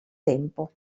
tempo